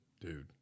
Dude